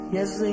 Yes